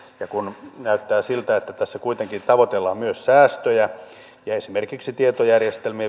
ja kun näyttää siltä että tässä kuitenkin tavoitellaan myös säästöjä ja esimerkiksi tietojärjestelmät